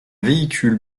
véhicule